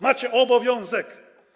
Macie obowiązek.